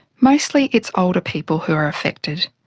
mostly it's older people who are affected.